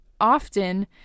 often